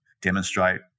demonstrate